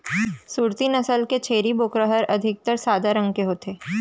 सूरती नसल के छेरी बोकरा ह अधिकतर सादा रंग के होथे